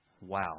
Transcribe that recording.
Wow